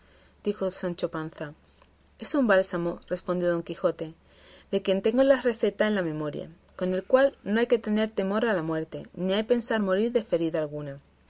dijo sancho panza es un bálsamo respondió don quijote de quien tengo la receta en la memoria con el cual no hay que tener temor a la muerte ni hay pensar morir de ferida alguna